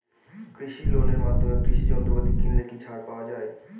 কৃষি লোনের মাধ্যমে কৃষি যন্ত্রপাতি কিনলে কি ছাড় পাওয়া যায়?